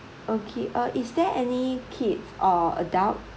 okay uh is there any kids or adult